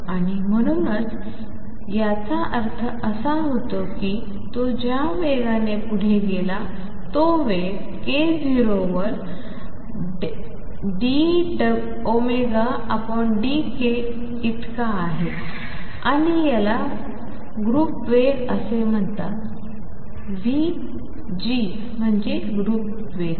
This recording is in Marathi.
आणि म्हणूनच याचा अर्थ असा होतो की तो ज्या वेगाने पुढे गेला आहे तो वेग k0 वर dωdk इतका आहे आणि याला ग्रुप वेग असे म्हणतात vg म्हणजे ग्रुप वेग